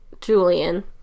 Julian